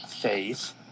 faith